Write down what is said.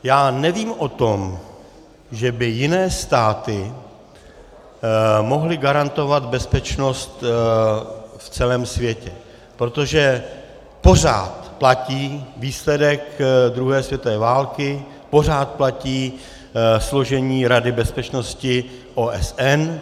Já nevím o tom, že by jiné státy mohly garantovat bezpečnost v celém světě, protože pořád platí výsledek druhé světové války, pořád platí složení Rady bezpečnosti OSN.